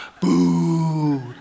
Boo